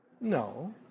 No